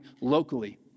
locally